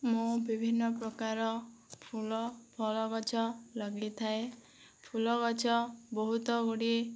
ମୁଁ ବିଭିନ୍ନପ୍ରକାର ଫୁଲ ଫଳ ଗଛ ଲଗାଇଥାଏ ଫୁଲ ଗଛ ବହୁତ ଗୁଡ଼ିଏ